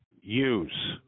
use